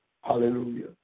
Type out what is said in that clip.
Hallelujah